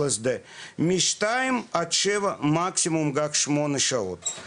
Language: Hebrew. בין 2-7 מקסימום גג 8 שעות.